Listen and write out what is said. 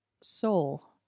soul